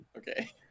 Okay